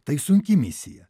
tai sunki misija